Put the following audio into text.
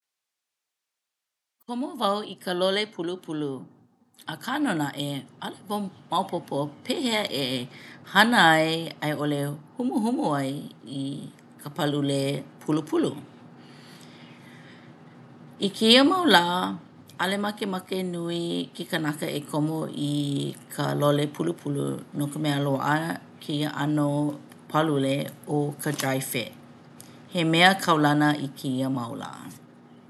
Komo wau i ka lole pulupulu akā nō naʻe ʻaʻole wau maopopo pehea e hana ai a i ʻole humuhumu ai i ka palule pulupulu. I kēia mau lā ʻaʻole makemake nui ke kanaka e komo i ka lole pulupulu no ka mea loaʻa kēia ʻano palule ʻo ka dri fit. He mea kaulana i kēia mau lā.